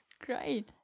Great